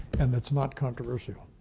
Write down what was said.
and that's not controversial.